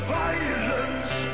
violence